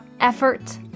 effort